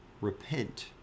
repent